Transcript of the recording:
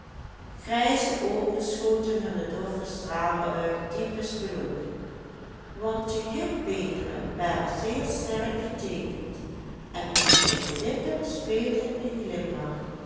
grijze oogen schoten hunne doffe stralen uit diepe spelonken want de jukbeenderen waren zeer sterk geteekend en om zijne lippen speelde een glimlach